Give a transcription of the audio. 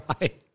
Right